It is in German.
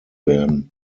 werden